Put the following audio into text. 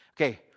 Okay